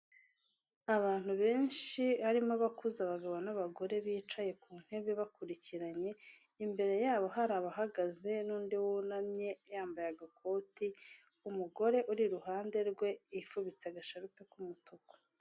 Abantu benshi habarimo abakuze abagabo n'abagore bicaye ku ntebe bakurikiranye imbere yabo hari abahagaze n'undi wunamye yambaye agakoti umugore uri iruhande rwe yifubitse agashati k'umutuku.